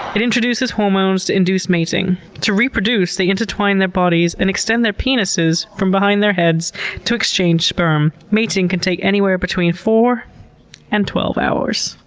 it introduces hormones to induce mating. to reproduce, they intertwine their bodies and extend their penises from behind their heads to exchange sperm. mating can take anywhere between four and twelve hours.